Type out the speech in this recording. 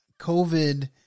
COVID